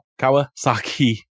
Kawasaki